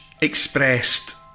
expressed